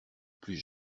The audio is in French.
plus